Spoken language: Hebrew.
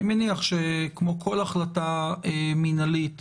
אני מניח שכמו כל החלטה מנהלית,